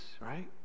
right